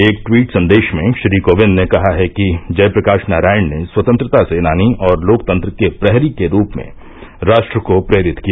एक ट्वीट संदेश में श्री कोविंद ने कहा कि जय प्रकाश नारायण ने स्वतंत्रता सेनानी और लोकतंत्र के प्रहरी के रूप में राष्ट्र को प्रेरित किया